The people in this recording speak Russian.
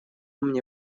мне